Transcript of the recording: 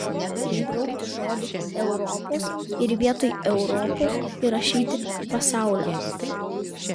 išbraukti žodį europos ir vietoj europos įrašyti pasaulio